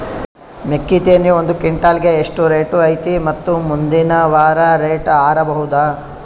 ಮೆಕ್ಕಿ ತೆನಿ ಒಂದು ಕ್ವಿಂಟಾಲ್ ಗೆ ಎಷ್ಟು ರೇಟು ಐತಿ ಮತ್ತು ಮುಂದಿನ ವಾರ ರೇಟ್ ಹಾರಬಹುದ?